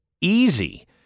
easy